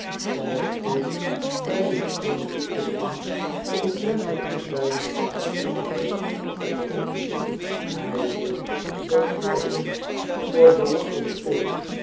ook toen beiden eenige gissmgen omtrent het verdwijnen van edwin drood opperden hij hield dat zwijgen voorbedachtelp vol